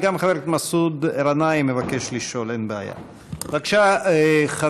וגם חבר הכנסת מסעוד גנאים מבקש לשאול, אין בעיה.